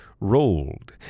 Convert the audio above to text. rolled